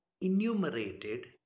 enumerated